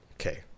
Okay